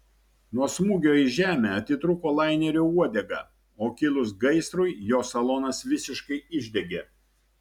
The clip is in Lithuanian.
nuo smūgio į žemę atitrūko lainerio uodega o kilus gaisrui jo salonas visiškai išdegė